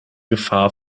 gefahr